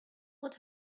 what